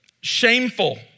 shameful